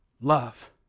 love